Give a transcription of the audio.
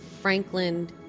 Franklin